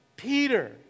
Peter